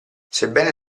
sebbene